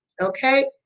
Okay